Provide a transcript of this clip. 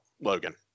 Logan